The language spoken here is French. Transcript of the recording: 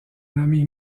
nommé